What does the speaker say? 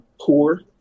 poor